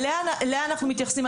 אליה אנחנו מתייחסים,